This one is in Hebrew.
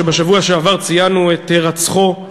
שבשבוע שעבר ציינו את הירצחו.